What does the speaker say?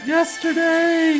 Yesterday